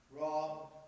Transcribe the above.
Rob